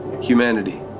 Humanity